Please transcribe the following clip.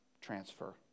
transfer